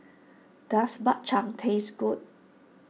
does Bak Chang taste good